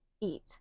eat